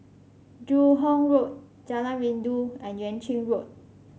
Joo Hong Road Jalan Rindu and Yuan Ching Road